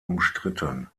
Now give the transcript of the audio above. umstritten